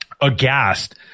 aghast